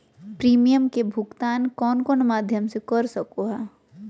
Premium के भुक्तान कौन कौन माध्यम से कर सको है?